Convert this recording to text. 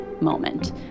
moment